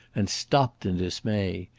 and stopped in dismay.